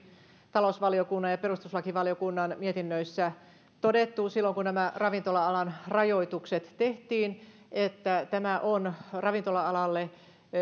talousvaliokunnan ja perustuslakivaliokunnan mietinnöissä todettu silloin kun nämä ravintola alan rajoitukset tehtiin että tämä on ravintola alalle